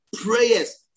prayers